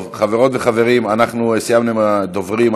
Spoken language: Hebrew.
טוב, חברות וחברים, אנחנו סיימנו עם הדוברים.